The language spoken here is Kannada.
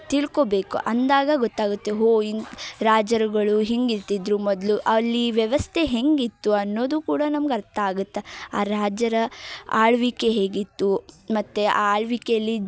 ತಿಳ್ಕೊಬೇಕು ಅಂದಾಗ ಗೊತ್ತಾಗುತ್ತೆ ಹೋ ಹಿಂಗೆ ರಾಜರು ಹಿಂಗೆ ಇರ್ತಿದ್ದರು ಮೊದಲು ಅಲ್ಲಿ ವ್ಯವಸ್ಥೆ ಹೇಗಿತ್ತು ಅನ್ನೋದು ಕೂಡ ನಮ್ಗೆ ಅರ್ಥ ಆಗುತ್ತೆ ಆ ರಾಜರ ಆಳವಿಕೆ ಹೇಗಿತ್ತು ಮತ್ತು ಆಳ್ವಿಕೆಲಿ